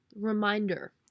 reminder